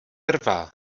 trvá